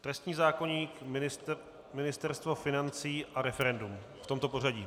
Trestní zákoník, Ministerstvo financí a referendum, v tomto pořadí.